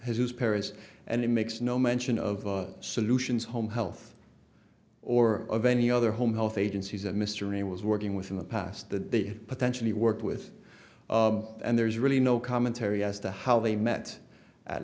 his parents and it makes no mention of the solutions home health or of any other home health agencies a mystery was working within the past that the potentially worked with and there's really no commentary as to how they met at